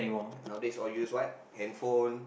nowadays all use what handphone